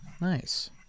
nice